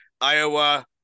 Iowa